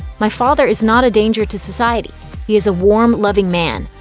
my father is not a danger to society, he is a warm loving man.